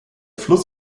fluss